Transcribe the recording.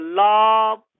love